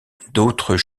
d’autres